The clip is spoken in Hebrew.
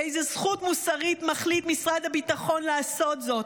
באיזו זכות מוסרית מחליט משרד הביטחון לעשות זאת?